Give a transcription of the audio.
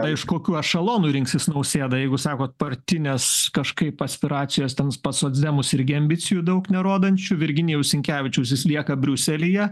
tai iš kokių ešelonui rinksis nausėda jeigu sakot partinės kažkaip aspiracijos ten pas socdemus irgi ambicijų daug nerodančių virginijus sinkevičius jis lieka briuselyje